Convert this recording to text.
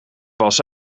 was